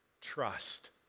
Trust